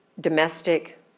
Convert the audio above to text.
domestic